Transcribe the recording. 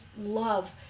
love